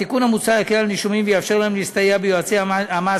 התיקון המוצע יקל על נישומים ויאפשר להם להסתייע ביועצי המס